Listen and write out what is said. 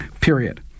Period